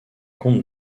conte